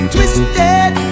Twisted